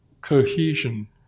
cohesion